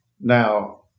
now